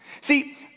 See